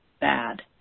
bad